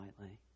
lightly